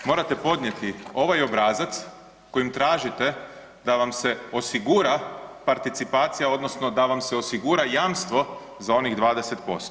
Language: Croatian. Morate podnijeti ovaj obrazac kojim tražite da vam se osigura participacija odnosno da vam se osigura jamstvo za onih 20%